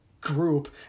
group